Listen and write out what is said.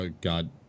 god